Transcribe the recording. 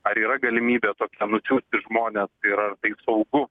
ar yra galimybė tokiam nusiųsti žmones ir ar tai saugu